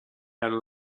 hanno